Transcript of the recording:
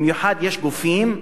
במיוחד יש גופים,